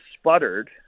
sputtered